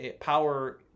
Power